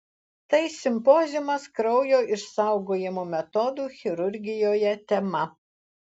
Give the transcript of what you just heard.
tai simpoziumas kraujo išsaugojimo metodų chirurgijoje tema